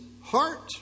heart